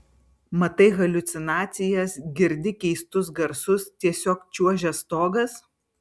matai haliucinacijas girdi keistus garsus tiesiog čiuožia stogas